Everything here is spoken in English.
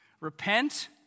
Repent